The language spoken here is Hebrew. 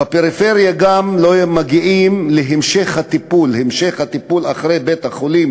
בפריפריה גם לא מגיעים להמשך הטיפול אחרי הטיפול בבית-החולים,